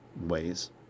ways